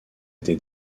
été